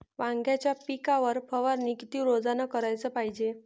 वांग्याच्या पिकावर फवारनी किती रोजानं कराच पायजे?